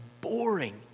boring